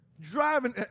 driving